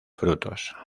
frutos